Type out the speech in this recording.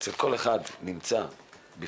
אצל כל אחד נמצא בפנים,